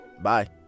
Bye